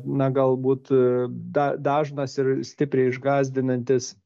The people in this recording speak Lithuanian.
na galbūt dažnas ir stipriai išgąsdinantis